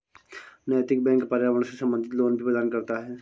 नैतिक बैंक पर्यावरण से संबंधित लोन भी प्रदान करता है